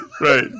right